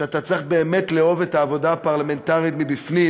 שאתה צריך באמת לאהוב את העבודה הפרלמנטרית מבפנים